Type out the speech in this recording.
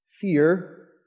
fear